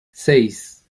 seis